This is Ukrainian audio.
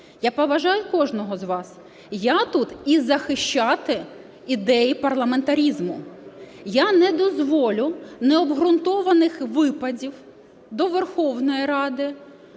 Я поважаю кожного з вас, я тут і захищаю ідеї парламентаризму. Я не дозволю необґрунтованих випадів до Верховної Ради,